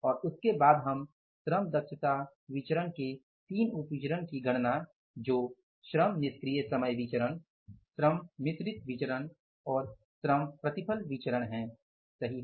और उसके बाद हम श्रम दक्षता विचरण के 3 उप विचरण की गणना जो श्रम निष्क्रिय समय विचरण श्रम मिश्रित विचरण और श्रम प्रतिफल विचरण हैं सही है